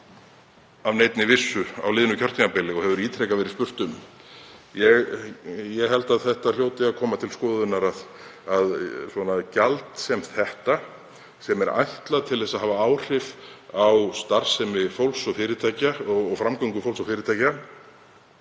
af neinni vissu á liðnu kjörtímabili? Það hefur ítrekað verið spurt um það. Ég held að það hljóti að enda á þeim stað með gjald sem þetta, sem er ætlað til þess að hafa áhrif á starfsemi fólks og fyrirtækja og framgöngu fólks og fyrirtækja